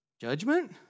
Judgment